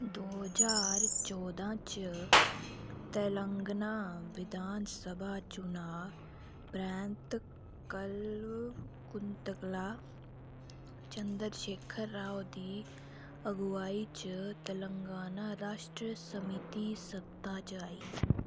दो ज्हार चौदां च तेलंगाना विधानसभा चुनांऽ परैंत्त कलकुंतला चंद्रशेखर राव दी अगुआई च तेलंगाना राश्ट्र समिति सत्ता च आई